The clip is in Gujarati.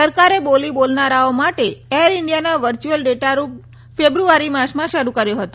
સરકારે બોલી બોલનારાઓ માટે એર ઇન્ડિયાના વર્ચુઅલ ડેટારૂપ ફેબ્રુઆરી માસમાં શરૂ કર્યો હતો